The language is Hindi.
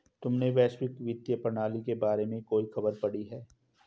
तुमने वैश्विक वित्तीय प्रणाली के बारे में कोई खबर पढ़ी है?